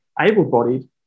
able-bodied